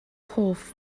hoff